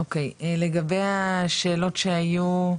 אוקיי, לגבי השאלות שהיו,